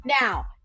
now